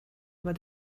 aber